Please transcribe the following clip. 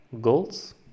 goals